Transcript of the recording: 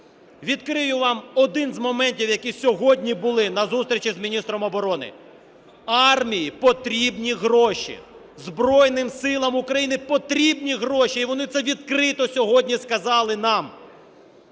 Відкрию вам один з моментів, які сьогодні були на зустрічі з міністром оборони: армії потрібні гроші, Збройним Силам України потрібні гроші, і вони це відкрито сьогодні сказали нам.